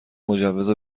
مجوز